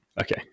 Okay